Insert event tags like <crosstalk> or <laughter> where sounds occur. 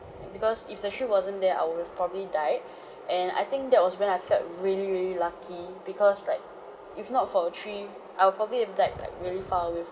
because if the tree wasn't there I would have probably died <breath> and I think that was when I felt really really lucky because like if not for a tree I'll probably have died like really far away from